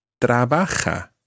trabaja